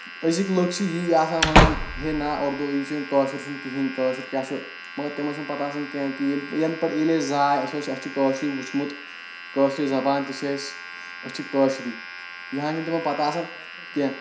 أزِکۍ لُکھ چھِ یی آسان وَنان ہے نہ اُردوٗ یہِ چھُنہٕ کٲشُر چھُنہٕ کِہیٖنۍ کٲشُر کیاہ چھُ مَگر تِمن چھنہٕ پَتہ آسان کیٚنٛہہ کہِ ییٚلہِ ینہٕ پٮ۪ٹھ ییٚلہِ أسۍ زاے اَسہِ اوس اسہِ چھُ کٲشرُے وُچھمُت کٲشر زَبان تہِ چھِ اَسہِ أسۍ چھِ کٲشِری یہِ ہن چھنہٕ تِمن پَتہ آسان کیٚنٛہہ